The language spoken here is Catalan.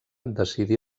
decidí